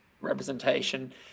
representation